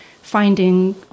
finding